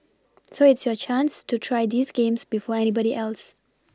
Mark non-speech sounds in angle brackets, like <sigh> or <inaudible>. <noise> so it's your chance to try these games before anybody else